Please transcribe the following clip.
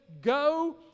Go